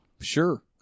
sure